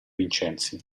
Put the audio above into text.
vincenzi